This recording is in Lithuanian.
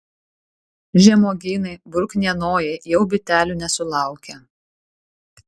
žemuogynai bruknienojai jau bitelių nesulaukia